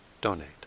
donate